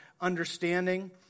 understanding